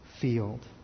field